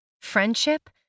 friendship